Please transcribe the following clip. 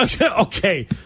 Okay